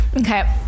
Okay